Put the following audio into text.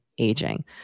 aging